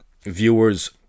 viewers